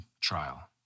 trial